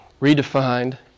redefined